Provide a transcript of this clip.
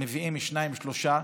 מביאים שניים-שלושה.